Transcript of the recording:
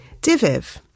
Diviv